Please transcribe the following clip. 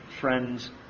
Friends